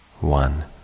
One